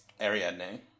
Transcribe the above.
Ariadne